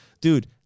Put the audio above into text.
dude